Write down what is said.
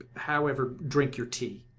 however, drink your tea.